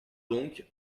donc